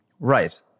Right